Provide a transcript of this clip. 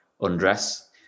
undress